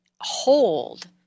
hold